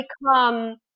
become